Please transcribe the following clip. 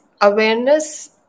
awareness